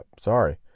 sorry